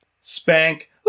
Spank